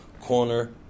corner